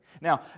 Now